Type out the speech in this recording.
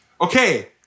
Okay